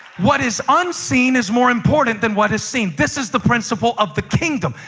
what is unseen is more important than what is seen. this is the principle of the kingdom,